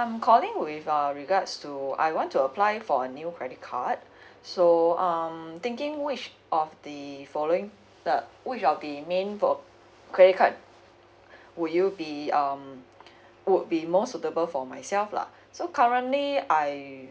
I'm calling with uh regards to I want to apply for a new credit card so I'm thinking which of the following the which of the main for credit card would you be um would be more suitable for myself lah so currently I